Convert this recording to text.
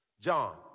John